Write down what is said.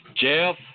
Jeff